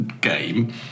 game